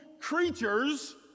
creatures